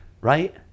Right